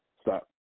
stop